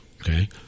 okay